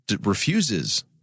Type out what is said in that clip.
refuses